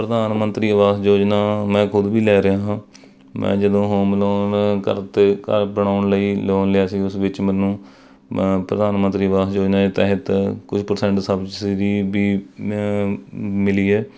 ਪ੍ਰਧਾਨ ਮੰਤਰੀ ਆਵਾਸ ਯੋਜਨਾ ਮੈਂ ਖੁਦ ਵੀ ਲੈ ਰਿਹਾ ਹਾਂ ਮੈਂ ਜਦੋਂ ਹੋਮ ਲੋਨ ਘਰ 'ਤੇ ਘਰ ਬਣਾਉਣ ਲਈ ਲੋਨ ਲਿਆ ਸੀ ਉਸ ਵਿੱਚ ਮੈਨੂੰ ਪ੍ਰਧਾਨ ਮੰਤਰੀ ਆਵਾਸ ਯੋਜਨਾ ਦੇ ਤਹਿਤ ਕੁਛ ਪਰਸੈਂਟ ਸਬਸਿਡੀ ਵੀ ਮਿਲੀ ਹੈ